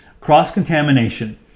Cross-contamination